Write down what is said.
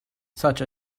such